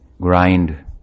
grind